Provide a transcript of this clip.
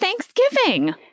Thanksgiving